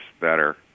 better